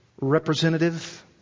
representative